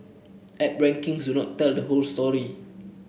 app rankings do not tell the whole story